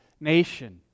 nation